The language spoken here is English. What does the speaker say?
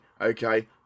okay